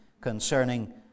concerning